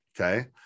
Okay